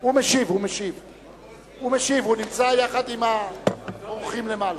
הוא נמצא עם האורחים למעלה.